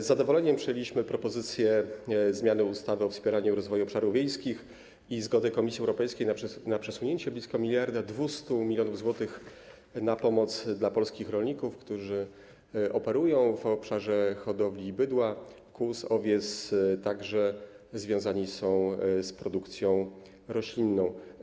Z zadowoleniem przyjęliśmy propozycję zmiany ustawy o wspieraniu rozwoju obszarów wiejskich i zgodę Komisji Europejskiej na przesunięcie blisko 1200 mln zł na pomoc dla polskich rolników, którzy działają w obszarze hodowli bydła, kóz, owiec lub związani są z produkcją roślinną.